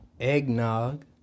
Eggnog